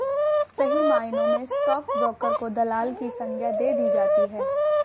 सही मायनों में स्टाक ब्रोकर को दलाल की संग्या दे दी जाती है